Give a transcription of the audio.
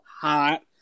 hot